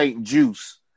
Juice